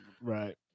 Right